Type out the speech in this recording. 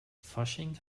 fasching